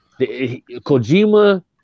Kojima